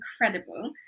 incredible